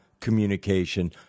communication